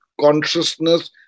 consciousness